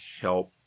help